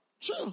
True